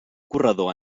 corredor